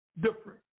different